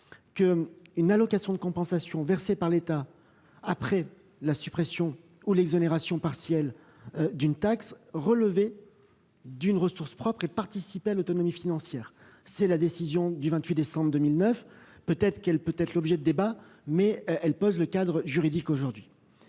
-qu'une allocation de compensation versée par l'État après la suppression ou l'exonération partielle d'une taxe relevait d'une ressource propre et participait à l'autonomie financière. La décision du 28 décembre 2019 peut faire l'objet de débats, mais elle pose aujourd'hui